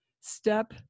step